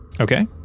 Okay